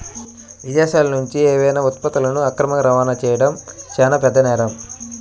విదేశాలనుంచి ఏవైనా ఉత్పత్తులను అక్రమ రవాణా చెయ్యడం చానా పెద్ద నేరం